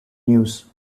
news